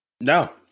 No